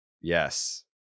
Yes